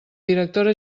directora